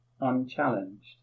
unchallenged